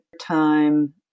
time